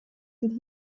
could